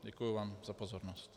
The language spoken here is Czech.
Děkuji vám za pozornost.